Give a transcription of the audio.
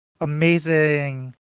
amazing